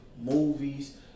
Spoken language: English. movies